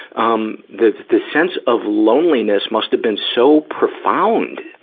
um, the, the sense of loneliness must have been so profound.